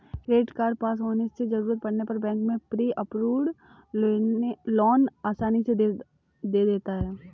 credit card पास होने से जरूरत पड़ने पर बैंक प्री अप्रूव्ड लोन आसानी से दे देता है